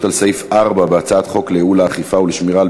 על סעיף 4 בהצעת חוק לייעול האכיפה ולשמירה על